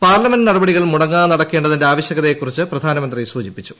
parliament നടപടികൾ മുടങ്ങാതെ നടക്കേണ്ടതിന്റെ ആവശ്യകൃതിയിക്കുറിച്ച് പ്രധാനമന്ത്രി സൂചിപ്പിച്ചു